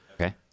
Okay